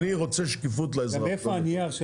אני רוצה שקיפות לאזרח.